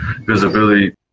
visibility